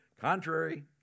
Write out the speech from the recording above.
Contrary